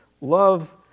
love